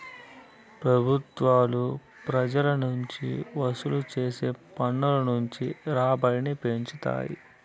పెబుత్వాలు పెజల నుంచి వసూలు చేసే పన్నుల నుంచి రాబడిని పెంచుతాయి